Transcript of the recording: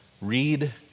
read